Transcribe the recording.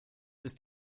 ist